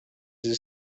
his